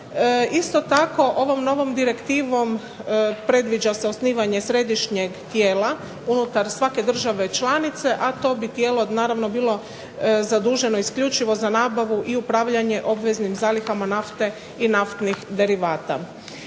Isto tako ovom novom direktivom predviđa se osnivanje središnjeg tijela unutar svake države članice, a to bi tijelo bilo zaduženo isključivo za nabavu i upravljanju obveznih zalihama nafte i naftnih derivata.